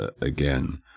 again